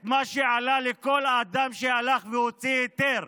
מה שעלה לכל אדם שהלך והוציא היתר,